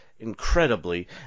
incredibly